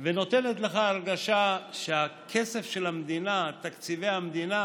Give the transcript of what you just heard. ונותנת לך הרגשה שהכסף של המדינה, תקציבי המדינה